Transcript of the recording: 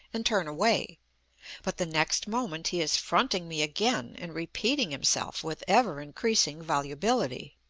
and turn away but the next moment he is fronting me again, and repeating himself with ever-increasing volubility.